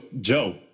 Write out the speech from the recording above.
Joe